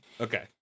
okay